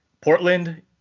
Portland